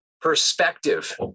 perspective